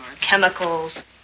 chemicals